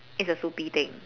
it's a soupy thing